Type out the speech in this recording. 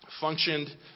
functioned